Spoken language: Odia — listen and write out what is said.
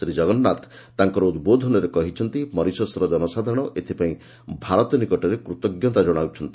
ଶ୍ରୀ ଜଗନ୍ନାଥ ତାଙ୍କର ଉଦ୍ବୋଧନରେ କହିଛନ୍ତି ମରିସସ୍ର ଜନସାଧାରଣ ଏଥିପାଇଁ ଭାରତ ନିକଟରେ କୃତଜ୍ଞତା ଜଣାଉଛନ୍ତି